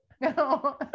no